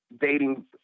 dating